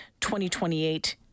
2028